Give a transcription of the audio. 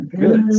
good